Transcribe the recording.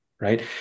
right